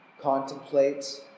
contemplate